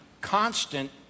constant